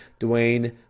Dwayne